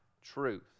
truth